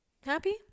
happy